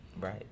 right